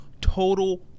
total